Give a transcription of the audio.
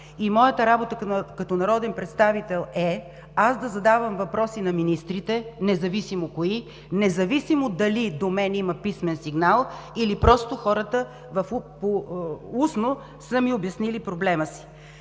Моята работа като народен представител е аз да задавам въпроси на министрите, независимо кои, независимо дали до мен има писмен сигнал, или просто хората устно са ми обяснили проблема си.